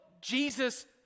Jesus